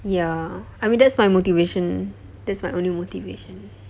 ya I mean that's my motivation that's my only motivation